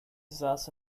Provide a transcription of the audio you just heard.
saß